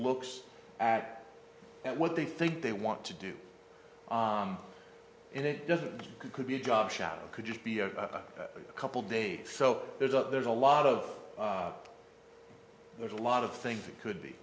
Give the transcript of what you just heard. looks at what they think they want to do and it doesn't it could be a job shadow could just be a couple days so there's a there's a lot of there's a lot of things that could be